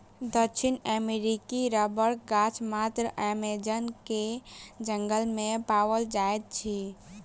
दक्षिण अमेरिकी रबड़क गाछ मात्र अमेज़न के जंगल में पाओल जाइत अछि